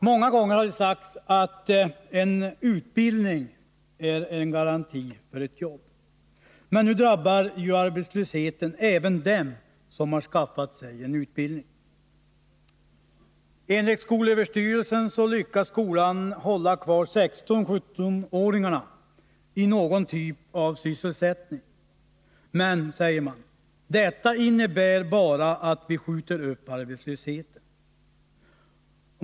Många gånger har det sagts att utbildning är en garanti för jobb. Men nu drabbar arbetslösheten även dem som har skaffat sig en utbildning. Enligt skolöverstyrelsen lyckas skolan hålla kvar 16-17-åringarna i någon typ av sysselsättning, men detta innebär bara att vi skjuter upp arbetslösheten.